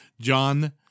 John